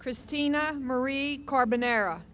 christina marie carbon era